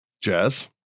Jazz